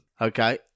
Okay